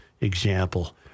example